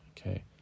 Okay